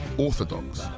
orthodox.